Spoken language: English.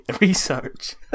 Research